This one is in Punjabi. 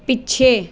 ਪਿੱਛੇ